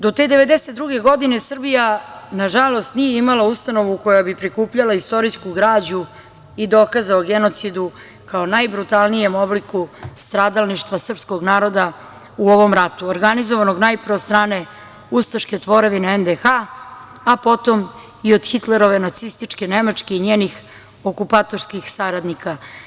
Do te 1992. godine Srbija nažalost nije imala ustanovu koja bi prikupljala istorijsku građu i dokaze o genocidu, kao nabrutalnijem obliku stradalništva srpskog naroda u ovom ratu, organizovanog najpre od strane ustaške tvorevine NDH, a potom i od Hitlerove Nacističke Nemačke i njenih okupatorskih saradnika.